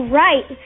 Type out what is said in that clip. right